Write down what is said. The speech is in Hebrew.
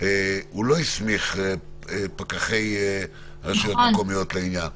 הוא לא הסמיך פקחי רשויות מקומיות לעניין.